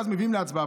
ואז מביאים להצבעה.